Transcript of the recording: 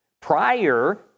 prior